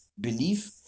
belief